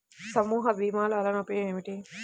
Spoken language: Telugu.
సమూహ భీమాల వలన ఉపయోగం ఏమిటీ?